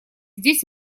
здесь